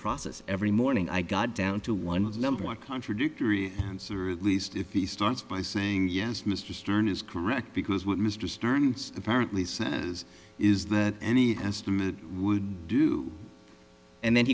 process every morning i got down to one number one contradictory answer at least if he starts by saying yes mr stern is correct because what mr stern apparently says is that any would do and then